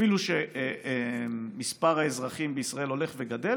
אפילו שמספר האזרחים בישראל הולך וגדל,